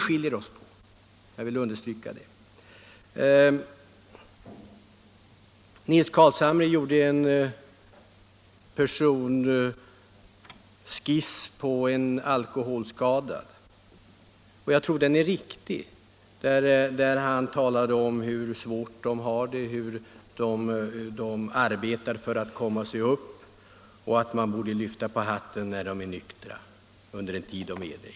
Herr Carlshamre gjorde en personskiss av en alkoholskadad person — och jag tror den är riktig — där han talade om hur svårt de alkoholskadade har det och hur hårt de arbetar för att försöka komma ur sin svåra situation. Han sade att man borde lyfta på hatten för dem som försöker hålla sig nyktra.